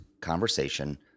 conversation